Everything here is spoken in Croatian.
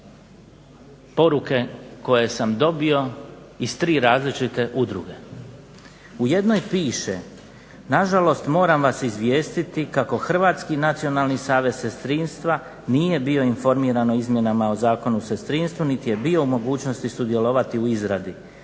U jednoj piše, nažalost moram vas izvijestiti kako Hrvatski nacionalni savez sestrinstva nije bio informiran o izmjenama o Zakonu o sestrinstvu, niti je bio u mogućnosti sudjelovati u izradi.